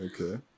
Okay